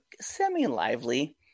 semi-lively